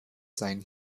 seien